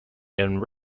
and